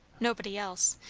nobody else,